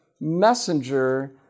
messenger